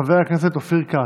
חבר הכנסת אופיר כץ,